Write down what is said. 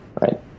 right